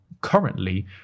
currently